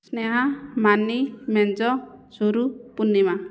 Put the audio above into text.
ସ୍ନେହା ମାନି ମେଞ୍ଜ ସୁରୁ ପୂର୍ଣ୍ଣିମା